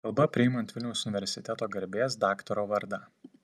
kalba priimant vilniaus universiteto garbės daktaro vardą